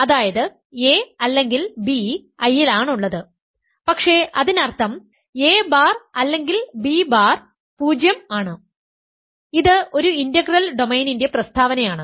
അതായത് a അല്ലെങ്കിൽ b I ലാണുള്ളത് പക്ഷേ അതിനർത്ഥം a ബാർ അല്ലെങ്കിൽ b ബാർ 0 ആണ് ഇത് ഒരു ഇന്റഗ്രൽ ഡൊമെയ്നിന്റെ പ്രസ്താവനയാണ്